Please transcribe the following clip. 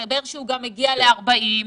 מסתבר שהוא מגיע גם ל-40.